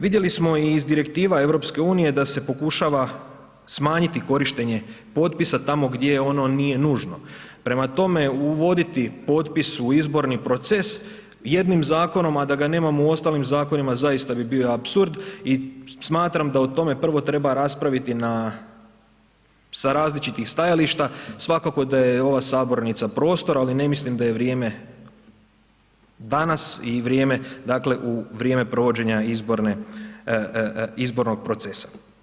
Vidjeli smo i iz Direktiva EU da se pokušava smanjiti korištenje potpisa tamo gdje ono nije nužno, prema tome uvoditi potpis u izborni proces jednim zakonom, a da ga nemamo u ostalim zakonima zaista bi bio apsurd i smatram da o tome prvo treba raspraviti na, sa različitih stajališta, svakako da je ova sabornica prostor, ali ne mislim da je vrijeme danas i vrijeme, dakle u vrijeme provođenja izborne, izbornog procesa.